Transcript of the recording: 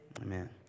amen